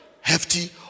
hefty